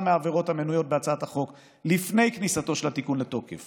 מהעבירות המנויות בהצעת החוק לפני כניסתו של התיקון לתוקף